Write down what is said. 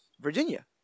Virginia